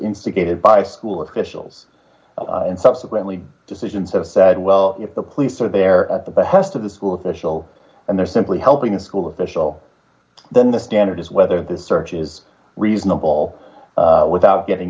instigated by school officials and subsequently decisions have said well if the police are there at the behest of the school official and they're simply helping a school official then the standard is whether the search is reasonable without getting